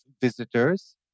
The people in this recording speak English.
visitors